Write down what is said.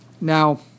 Now